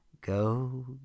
go